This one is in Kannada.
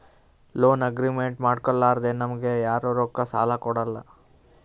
ಲೋನ್ ಅಗ್ರಿಮೆಂಟ್ ಮಾಡ್ಕೊಲಾರ್ದೆ ನಮ್ಗ್ ಯಾರು ರೊಕ್ಕಾ ಸಾಲ ಕೊಡಲ್ಲ